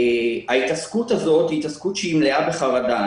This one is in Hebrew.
ההתעסקות הזאת מלאה בחרדה.